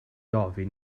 ofyn